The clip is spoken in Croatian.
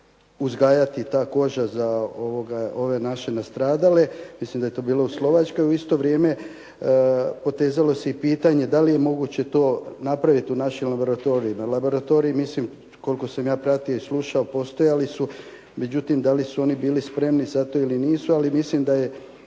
uzgajati ta koža za ove naše nastradale, mislim da je to bilo u Slovačkoj. U isto vrijeme potezalo se i pitanje da li je moguće to napraviti u našim laboratorijima. Laboratoriji koliko sam ja pratio i slušao, postojali su, međutim da li su oni bili spremni za to ili nisu, ali mislim da je